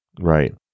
Right